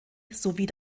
sowie